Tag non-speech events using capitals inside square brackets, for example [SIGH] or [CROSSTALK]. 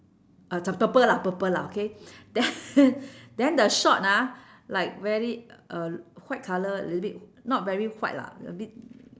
ah c~ purple lah purple lah okay then [LAUGHS] then the short ah like very uh white colour a little bit not very white lah a bit